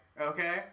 okay